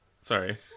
Sorry